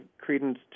credence